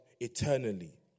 eternally